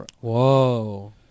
whoa